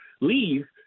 leave